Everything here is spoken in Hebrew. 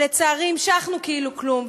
ולצערי המשכנו כאילו כלום.